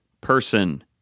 person